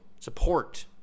Support